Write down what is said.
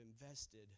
invested